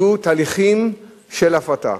יהיו תהליכים של הפרטה.